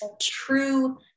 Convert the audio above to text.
true